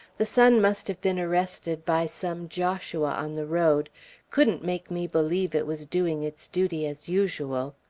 the sun must have been arrested by some joshua on the road couldn't make me believe it was doing its duty as usual.